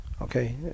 Okay